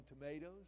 tomatoes